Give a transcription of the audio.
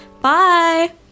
Bye